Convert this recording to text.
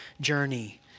journey